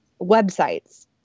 websites